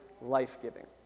life-giving